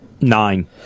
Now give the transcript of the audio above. Nine